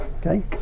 okay